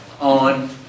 on